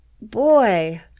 Boy